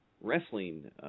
wrestling